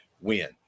win